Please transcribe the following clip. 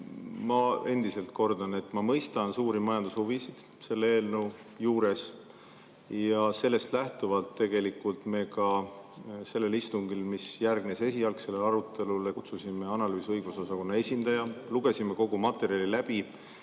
Ma veel kordan: ma mõistan suuri majandushuvisid selle eelnõu puhul ja sellest lähtuvalt me sellele istungile, mis järgnes esialgsele arutelule, kutsusime analüüsi- ja õigusosakonna esindaja, lugesime kogu materjali läbi